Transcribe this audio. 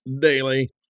daily